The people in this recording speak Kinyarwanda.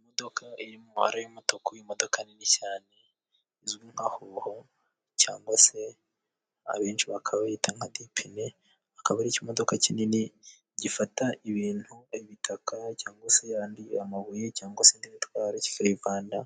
Imodoka irimo amabara y'umutuku. Ni imodoka nini cyane izwi nka hoho cyangwa se abenshi bakaba bayita nka dipine. Akaba ari cyo modoka kinini gifata ibintu, ibitaka cyangwa se andi mabuye cyangwa se indi bitwa kikayivana